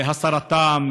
הסרתם,